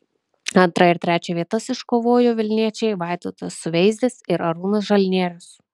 antrą ir trečią vietas iškovojo vilniečiai vaidotas suveizdis ir arūnas žalnierius